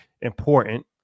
important